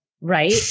Right